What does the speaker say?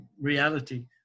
reality